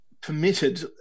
permitted